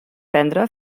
prendre